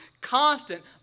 constant